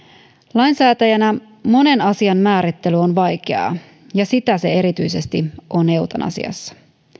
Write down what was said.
lainsäätäjänä monen asian määrittely on vaikeaa ja sitä se erityisesti on eutanasiassa